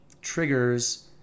triggers